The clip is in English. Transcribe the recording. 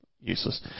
useless